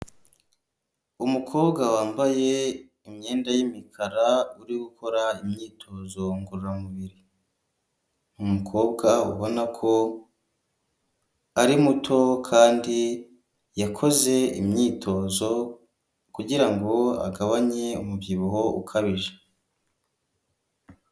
Umukobwa wambaye imyenda y'imikara uri gukora imyitozo ngororamubiri, umukobwa ubona ko ari muto kandi yakoze imyitozo kugirango agabanye umubyibuho ukabije.